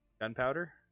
gunpowder